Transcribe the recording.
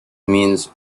means